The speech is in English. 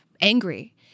angry